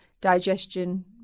digestion